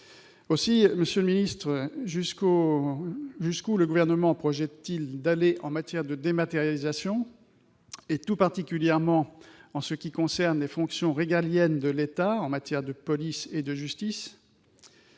Aussi, monsieur le secrétaire d'État, jusqu'où le Gouvernement projette-t-il d'aller en matière de dématérialisation, tout particulièrement en ce qui concerne les fonctions régaliennes de l'État que sont la police et la justice ?